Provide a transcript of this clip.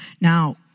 Now